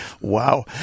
Wow